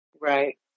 Right